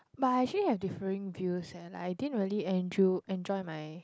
but I actually have differing views eh like I didn't really enjo~ enjoy my